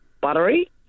buttery